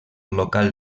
local